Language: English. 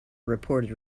reported